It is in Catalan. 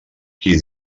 qui